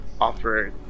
offer